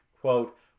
Quote